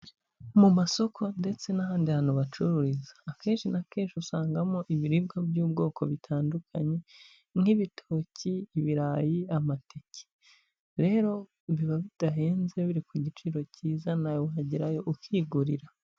Mu masoko ndetse n'ahandi hantu bacururiza. Akenshi na kenshi usangamo ibiribwa by'ubwoko bitandukanye nk'ibitoki, ibirayi, amateke. Rero biba bidahenze, biri ku giciro cyiza, nawe wagerayo ukigurira.